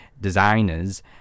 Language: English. designers